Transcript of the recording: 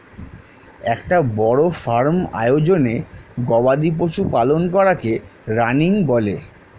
একটা বড় ফার্ম আয়োজনে গবাদি পশু পালন করাকে রানিং বলে